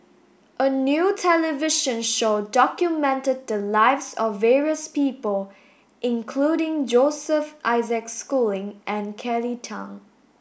a new television show documented the lives of various people including Joseph Isaac Schooling and Kelly Tang